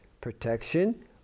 protection